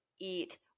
eat